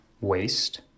waste